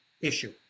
issue